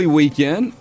weekend